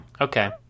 Okay